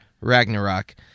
Ragnarok